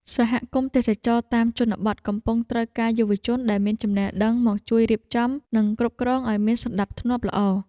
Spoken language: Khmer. សហគមន៍ទេសចរណ៍តាមជនបទកំពុងត្រូវការយុវជនដែលមានចំណេះដឹងមកជួយរៀបចំ និងគ្រប់គ្រងឱ្យមានសណ្តាប់ធ្នាប់ល្អ។